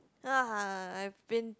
ah I've been